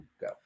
go